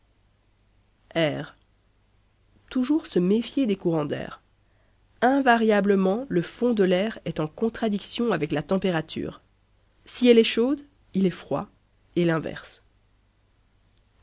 toujours se méfier des courants d'air invariablement le fond de l'air est en contradiction avec la température si elle est chaude il est froid et l'inverse